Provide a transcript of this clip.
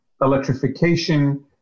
Electrification